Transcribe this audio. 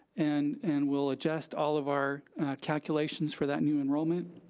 and and we'll adjust all of our calculations for that new enrollment.